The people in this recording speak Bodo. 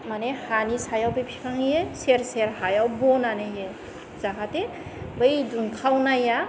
माने हानि सायाव बे बिफांनि सेर सेर हायाव बनानै होयो जाहाथे बै दुंखावनाया